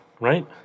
right